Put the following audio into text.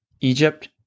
Egypt